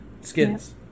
skins